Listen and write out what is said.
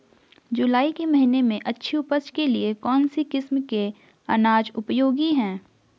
जुलाई के महीने में अच्छी उपज के लिए कौन सी किस्म के अनाज उपयोगी हैं?